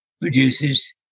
produces